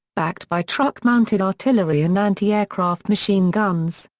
backed by truck-mounted artillery and anti-aircraft machine guns.